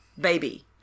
baby